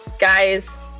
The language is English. Guys